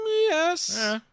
Yes